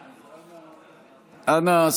אנא,